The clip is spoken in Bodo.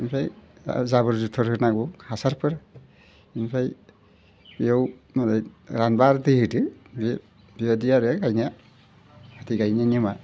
ओमफ्राय जाबोर जुथोर होनांगौ हासारफोर ओमफ्राय बेयाव मालाय रानोबा आरो दै होदो बे बेबायदि आरो गायनाया फाथै गायनाय नेमा